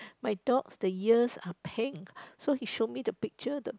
my dogs the ears are pink so he shows me the picture the